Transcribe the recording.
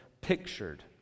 pictured